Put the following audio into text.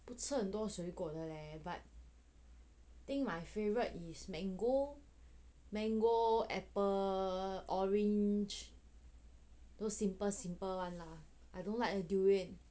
很多水果的 leh but think my favourite is mango mango apple orange simple simple one lah I don't like durian